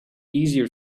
easier